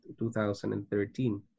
2013